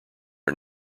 are